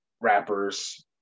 rappers